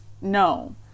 No